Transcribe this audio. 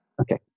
Okay